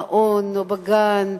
במעון או בגן,